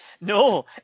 No